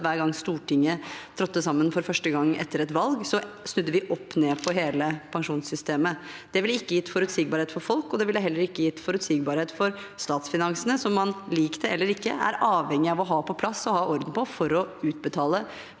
hver gang Stortinget trådte sammen for første gang etter et valg, snudde vi opp ned på hele pensjonssystemet. Det ville ikke gitt forutsigbarhet for folk, og det vil heller ikke gitt forutsigbarhet for statsfinansene, som man, lik det eller ikke, er avhengig av å ha på plass og ha orden på for å utbetale